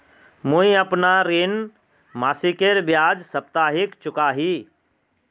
मुईअपना ऋण मासिकेर बजाय साप्ताहिक चुका ही